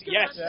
yes